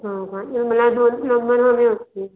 हो का मला दोन प्लम्बर हवे होते